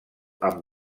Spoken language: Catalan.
amb